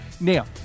Now